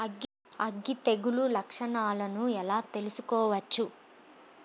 అగ్గి తెగులు లక్షణాలను ఎలా తెలుసుకోవచ్చు?